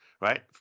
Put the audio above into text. right